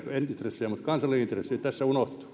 intressejä mutta kansalliset intressit tässä